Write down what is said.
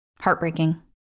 heartbreaking